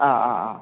ആ ആ ആ